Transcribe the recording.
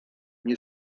nie